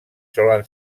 solen